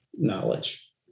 knowledge